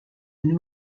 new